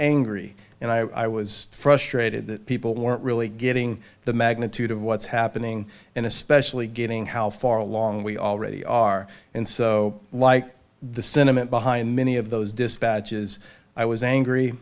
angry and i was frustrated that people weren't really getting the magnitude of what's happening and especially getting how far along we already are and so like the sentiment behind many of those dispatches i was angry